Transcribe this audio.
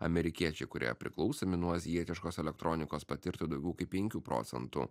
amerikiečiai kurie priklausomi nuo azijietiškos elektronikos patirtų daugiau kaip penkių procentų